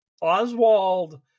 oswald